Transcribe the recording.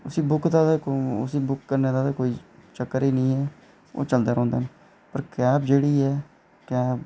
उसी बुक करने ते कोई चक्कर च निं ऐ ओह् चलदे रौंह्दे न पर कैब जेह्ड़ी ऐ कैब